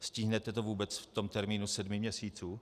Stihnete to vůbec v tom termínu sedmi měsíců?